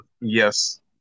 Yes